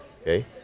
okay